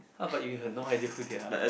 !huh! but you have no idea who they are